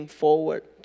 forward